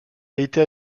été